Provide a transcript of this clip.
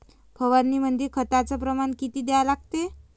फवारनीमंदी खताचं प्रमान किती घ्या लागते?